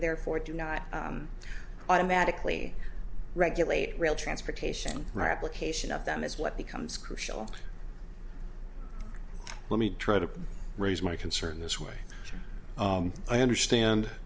therefore do not automatically regulate real transportation replication of them is what becomes crucial let me try to raise my concern this way i understand